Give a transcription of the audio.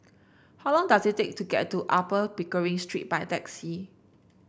how long does it take to get to Upper Pickering Street by taxi